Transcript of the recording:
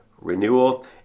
renewal